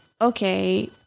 okay